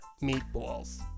Meatballs